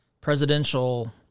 presidential